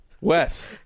Wes